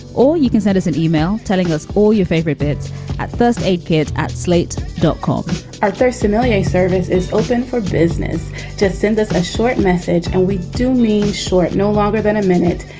or you can send us an email telling us all your favorite bits at first aid kit at slate dot com arthur similarly, a service is open for business to send us a short message and we do mean short no longer than a minute.